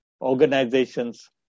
organizations